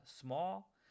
small